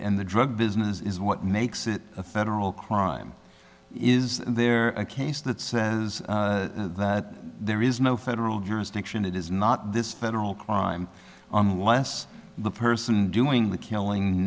and the drug business is what makes it a federal crime is there a case that says that there is no federal jurisdiction it is not this federal crime unless the person doing the killing